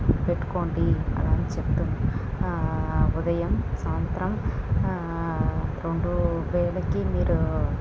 పెట్టుకోండి అలా అని చెపుతాను ఉదయం సాయంత్రం రెండు వేళకి మీరు